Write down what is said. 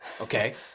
okay